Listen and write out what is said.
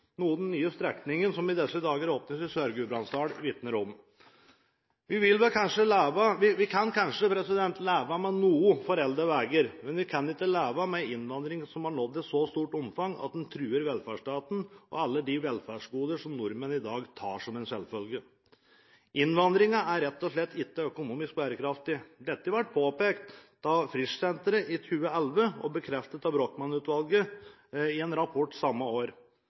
noe den nye strekningen som i disse dager åpnes i Sør-Gudbrandsdalen, vitner om. Vi kan kanskje leve med noe foreldede veier, men vi kan ikke leve med en innvandring som har nådd et så stort omfang at den truer velferdsstaten og alle de velferdsgoder som nordmenn i dag tar som en selvfølge. Innvandringen er rett og slett ikke økonomisk bærekraftig. Dette ble påpekt av Frischsenteret i 2011 og bekreftet av Brochmann-utvalget i en rapport samme år.